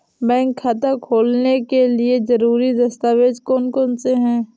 Bank खाता खोलने के लिए ज़रूरी दस्तावेज़ कौन कौनसे हैं?